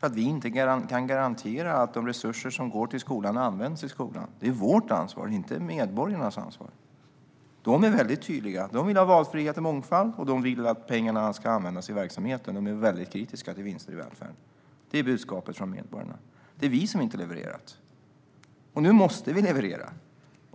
eftersom vi inte kan garantera att de resurser som går till skolan används i skolan. Detta är vårt ansvar, inte medborgarnas. Medborgarna är väldigt tydliga - de vill ha valfrihet och mångfald, och de vill att pengarna ska användas i verksamheten. De är väldigt kritiska till vinster i välfärden. Detta är budskapet från medborgarna. Det är vi som inte har levererat. Nu måste vi leverera.